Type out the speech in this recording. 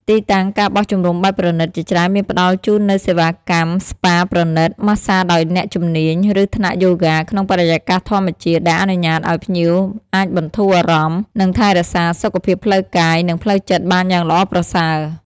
ទីតាំង ការបោះជំរំបែបប្រណីត ជាច្រើនមានផ្តល់ជូននូវសេវាកម្មស្ប៉ាប្រណីត ម៉ាស្សាដោយអ្នកជំនាញ ឬថ្នាក់យូហ្គាក្នុងបរិយាកាសធម្មជាតិ ដែលអនុញ្ញាតឲ្យភ្ញៀវអាចបន្ធូរអារម្មណ៍ និងថែរក្សាសុខភាពផ្លូវកាយ និងផ្លូវចិត្តបានយ៉ាងល្អប្រសើរ។